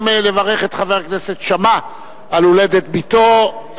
גם לברך את חבר הכנסת שאמה על הולדת בתו,